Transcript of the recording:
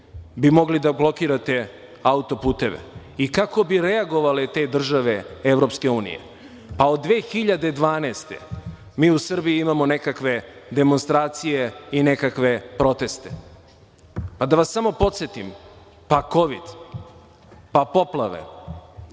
bi mogli da blokirate auto-puteve i kako bi reagovale te države Evropske unije? Od 2012. godine mi u Srbiji imamo nekakve demonstracije i nekakve proteste. A da vas samo podsetim - kovid, poplave,